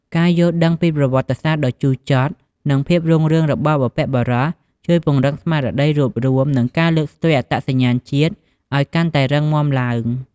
ការយល់ដឹងពីប្រវត្តិសាស្ត្រដ៏ជូរចត់ និងភាពរុងរឿងរបស់បុព្វបុរស ជួយពង្រឹងស្មារតីរួបរួម និងលើកស្ទួយអត្តសញ្ញាណជាតិឲ្យកាន់តែរឹងមាំឡើង។